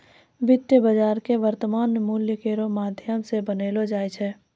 वित्तीय बाजार क वर्तमान मूल्य केरो माध्यम सें बनैलो जाय छै